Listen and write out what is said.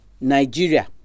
Nigeria